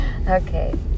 Okay